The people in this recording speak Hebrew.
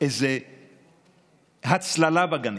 זה דווקא הסלמון הנורבגי.